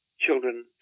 children